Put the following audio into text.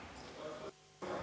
Hvala.